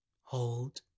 Hold